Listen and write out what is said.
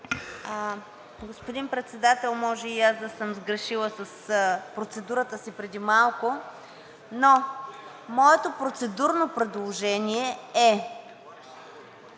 Господин Председател, може и аз да съм сгрешила с процедурата си преди малко, но моето процедурно предложение е